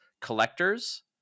collectors